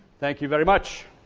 thank you very much